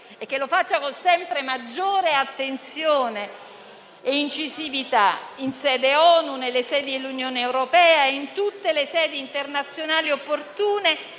e che lo faccia con sempre maggiore attenzione e incisività: in sede ONU, nelle sedi dell'Unione europea e in tutte le sedi internazionali opportune,